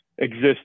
exist